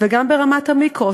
וגם ברמת המיקרו,